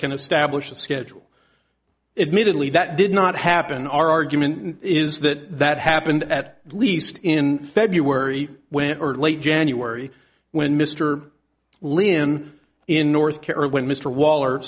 can establish a schedule admittedly that did not happen our argument is that that happened at least in february when late january when mr lynn in north